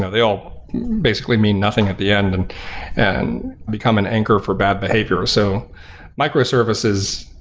they all basically mean nothing at the end and and become an anchor for bad behavior. so micro services,